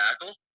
tackle